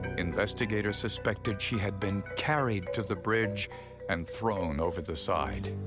investigators suspected she had been carried to the bridge and thrown over the side.